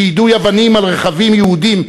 שיידוי אבנים על רכבים יהודיים,